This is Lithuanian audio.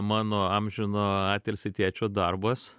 mano amžiną atilsį tėčio darbas